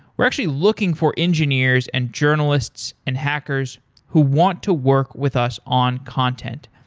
we're actually looking for engineers and journalists and hackers who want to work with us on content.